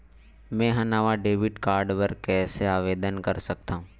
मेंहा नवा debit card बर कैसे आवेदन कर सकथव?